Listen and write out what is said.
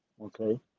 Okay